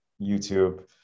youtube